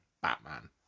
Batman